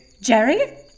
Jerry